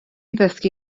ddysgu